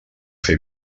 fer